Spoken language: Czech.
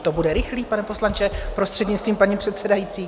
To bude rychlé, pane poslanče, prostřednictvím paní předsedající.